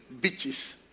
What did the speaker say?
Beaches